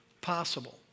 possible